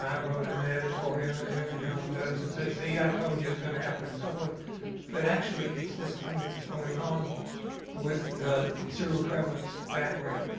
wrote an editorial and and and journal of medicine say, see i told you, it's going to happen somewhat. but actually, it's this thing that's going on with the zero prevalence background.